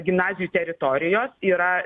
gimnazijų teritorijos yra